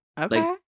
okay